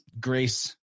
grace